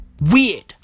weird